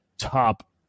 top